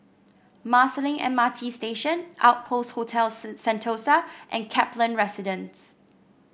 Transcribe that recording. Marsiling M R T Station Outpost Hotel Sen Sentosa and Kaplan Residence